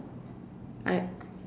I